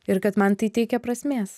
ir kad man tai teikia prasmės